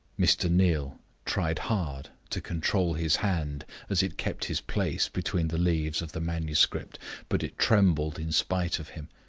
mr. neal tried hard to control his hand as it kept his place between the leaves of the manuscripts but it trembled in spite of him.